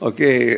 Okay